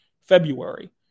February